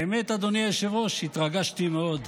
האמת, אדוני היושב-ראש, התרגשתי מאוד.